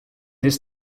this